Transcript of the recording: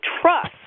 trust